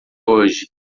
hoje